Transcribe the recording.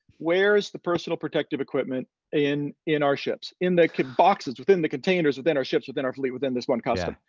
where's the personal protective equipment in in our ships? in the boxes within the containers within our ships within our fleet within this one customer.